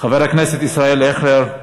חבר הכנסת ישראל אייכלר,